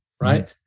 Right